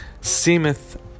seemeth